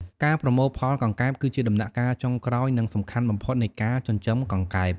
ការប្រមូលផលកង្កែប គឺជាដំណាក់កាលចុងក្រោយ និងសំខាន់បំផុតនៃការចិញ្ចឹមកង្កែប។